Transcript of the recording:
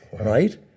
right